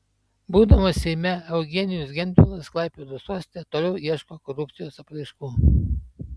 būdamas seime eugenijus gentvilas klaipėdos uoste toliau ieško korupcijos apraiškų